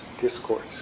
discourse